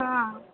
હાં